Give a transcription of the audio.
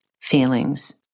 feelings